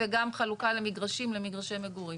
וגם חלוקה למגרשים למגרשי מגורים.